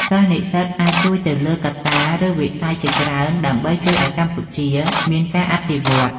សិស្សនិស្សិតអាចជួយទៅលើកត្តា ឬវិស័យជាច្រើនដើម្បីជួយឲ្យកម្ពុជាមានការអភិវឌ្ឍន៍។